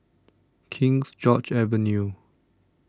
Kings George's Avenue